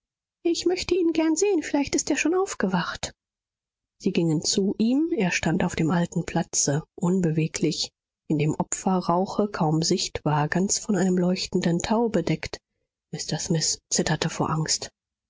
ich möchte ihn gern sehen vielleicht ist er schon aufgewacht sie gingen zu ihm er stand auf dem alten platze unbeweglich in dem opferrauche kaum sichtbar ganz von einem leuchtenden tau bedeckt mr smith zitterte vor angst